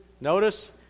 notice